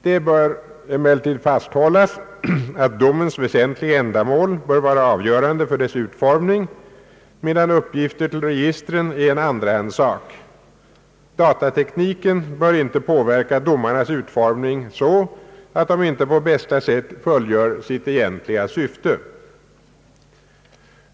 Det bör dock fasthållas att domens väsentliga ändamål bör vara avgörande för dess utformning, medan uppgifter till registren är en andrahandssak. Datatekniken bör inte påverka domarnas utformning så att de inte på bästa sätt fullgör sitt egentliga syfte.